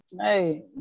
Hey